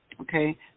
okay